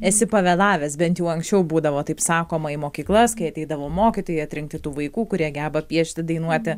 esi pavėlavęs bent jau anksčiau būdavo taip sakoma į mokyklas kai ateidavo mokytojai atrinkti tų vaikų kurie geba piešti dainuoti